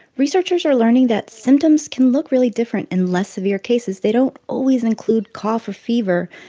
researchers are learning that symptoms can look really different in less severe cases. they don't always include cough or fever.